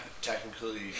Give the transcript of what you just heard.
technically